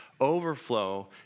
overflow